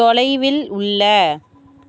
தொலைவில் உள்ள